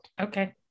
Okay